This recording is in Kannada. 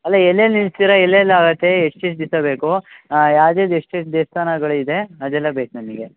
ಅಲ್ಲ ಎಲ್ಲೆಲ್ಲಿ ನಿಲ್ಲಿಸ್ತೀರ ಎಲ್ಲೆಲ್ಲಿ ಆಗುತ್ತೆ ಎಷ್ಟು ಎಷ್ಟು ದಿವ್ಸ ಬೇಕು ಯಾವ್ದು ಯಾವ್ದು ಎಷ್ಟು ಎಷ್ಟು ದೇವ್ಸ್ತಾನಗಳು ಇದೆ ಅದೆಲ್ಲ ಬೇಕು ನಮಗೆ